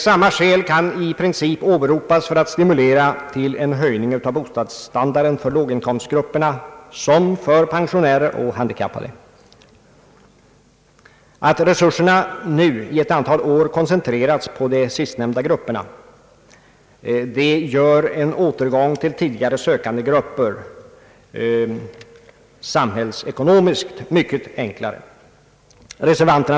I princip kan samma skäl åberopas för låginkomstgrupperna som för pensionärer och handikappade när det gäller att stimulera en höjning av bostadsstandarden. Att resurserna nu sedan ett antal år koncentrerats på de sistnämnda grupperna gör en återgång till tidigare anslagssökande grupper samhällsekonomiskt mycket enklare.